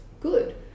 good